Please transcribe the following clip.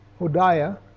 Hodiah